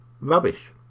rubbish